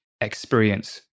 experience